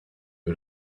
ngo